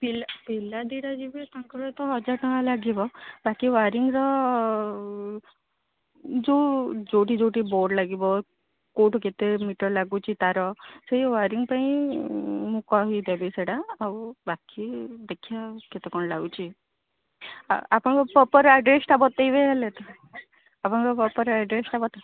ପିଲା ପିଲା ଦୁଇଟା ଯିବେ ତାଙ୍କର ତ ହଜାରେ ଟଙ୍କା ଲାଗିବ ବାକି ୱାରିଙ୍ଗ୍ର ଯୋଉ ଯୋଉଠି ଯୋଉଠି ବୋର୍ଡ୍ ଲାଗିବ କୋଉଠୁ କେତେ ମିଟର ଲାଗୁଛି ତାର ସେଇ ୱାରିଙ୍ଗ ପାଇଁ ମୁଁ କହିଦେବି ସେଇଟା ଆଉ ବାକି ଦେଖିବା କେତେ କ'ଣ ଲାଗୁଛି ଆପଣଙ୍କ ପ୍ରପର ଆଡ୍ରେସଟା କହିବେ ହେଲେ ତ ଆପଣଙ୍କ ପ୍ରପର ଆଡ୍ରେସଟା କହିବେ